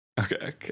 Okay